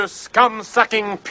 scum-sucking